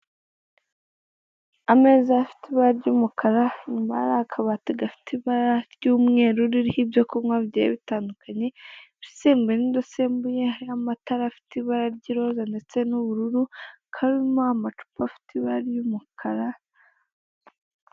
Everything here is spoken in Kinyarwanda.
Ameza afite ibara ry'umukara, inyuma hari kabati gafite ibara ry'umweru ririho ibyo kunywa bigiye bitandukanye, ibisembuye n'ibidasembuye, hariho amatara afite ibara ry'iroza ndetse n'ubururu, karimo amacupa afite ibara ry'umukara.